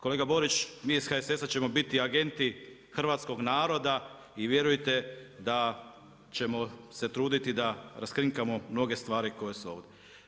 Kolega Borić, mi iz HSS-a ćemo biti agenti hrvatskog naroda i vjerujte da ćemo se truditi da raskrinkamo mnoge stvari koje su ovdje.